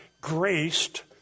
graced